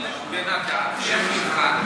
כל אדם שנבחן,